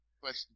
question